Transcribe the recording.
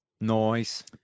Noise